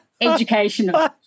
educational